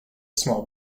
small